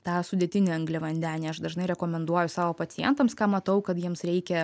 tą sudėtinį angliavandenį aš dažnai rekomenduoju savo pacientams ką matau kad jiems reikia